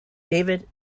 david